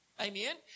Amen